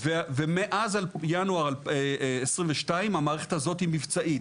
ומאז ינואר 2022 המערכת הזאת מבצעית.